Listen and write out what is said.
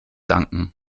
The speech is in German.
danken